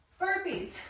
burpees